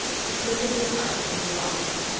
he quitted the apartment abruptly,